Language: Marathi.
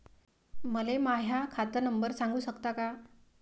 मले माह्या खात नंबर सांगु सकता का?